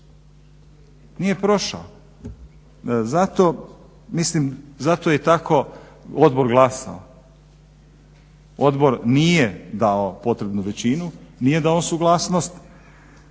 Nije prošao. Zato mislim zato je i tako odbor glasao. Odbor nije dao potrebnu većinu, nije dao suglasnost